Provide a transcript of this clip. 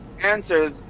answers